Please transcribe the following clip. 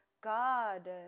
God